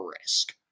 risk